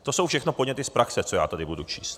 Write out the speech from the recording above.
To jsou všechno podněty z praxe, co já tady budu číst.